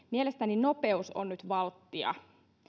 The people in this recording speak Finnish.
mielestäni nopeus on nyt valttia